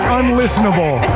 unlistenable